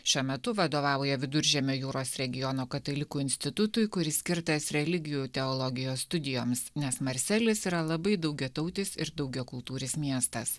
šiuo metu vadovauja viduržemio jūros regiono katalikų institutui kuris skirtas religijų teologijos studijoms nes marselis yra labai daugiatautis ir daugiakultūris miestas